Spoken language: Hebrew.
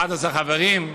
11 חברים.